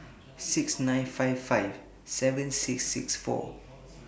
six nine five five seven six six four